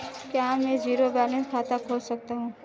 क्या मैं zero balance खाता खोल सकता हूँ?